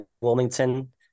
Wilmington